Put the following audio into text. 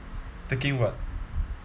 taking what